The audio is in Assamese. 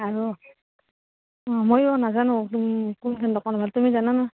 আৰু অঁ ময়ো নাজানো কোনখন দোকান ভাল তুমি জানানে